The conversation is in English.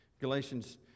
Galatians